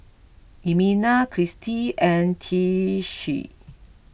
Elmina Christi and Tishie